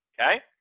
Okay